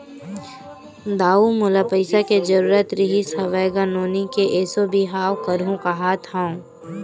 दाऊ मोला पइसा के जरुरत रिहिस हवय गा, नोनी के एसो बिहाव करहूँ काँहत हँव